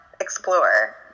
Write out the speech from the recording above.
explore